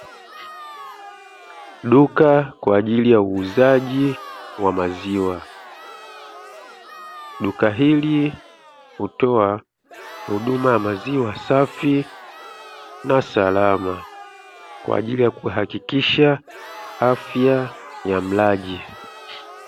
Duka kwa ajili ya uuzaji wa maziwa. Duka hili hutoa huduma ya maziwa safi na salama, kwa ajili ya kuhakikisha afya ya mlaji.